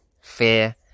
fear